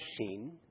machine